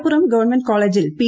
Malappuram government കോളജിൽ P